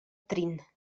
trin